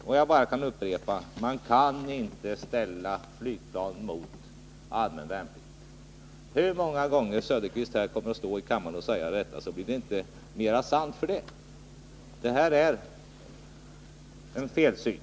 Jag kan bara upprepa: Man kan inte ställa flygplan mot allmän värnplikt. Hur många gånger herr Söderqvist än står här i kammaren och säger detta blir det inte mer sant för det. Det är en felsyn.